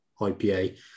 IPA